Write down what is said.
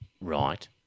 Right